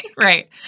Right